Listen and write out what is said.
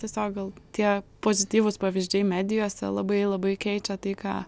tiesiog gal tie pozityvūs pavyzdžiai medijose labai labai keičia tai ką